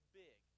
big